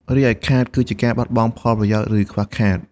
រីឯ "ខាត" គឺការបាត់បង់ផលប្រយោជន៍ ឬខ្វះខាត។